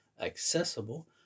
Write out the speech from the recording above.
accessible